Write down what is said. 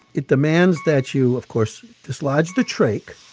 it demands that you, of course, dislodge the trach. like